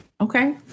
Okay